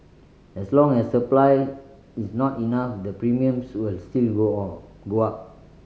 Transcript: as long as supply is not enough the premiums will still go on go up